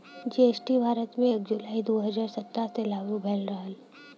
GST Bharat में एक जुलाई दू हजार सत्रह से लागू भयल रहल